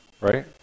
Right